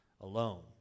alone